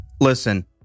Listen